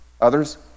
others